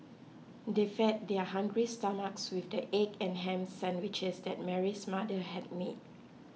they fed their hungry stomachs with the egg and ham sandwiches that Mary's mother had made